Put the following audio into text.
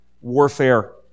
warfare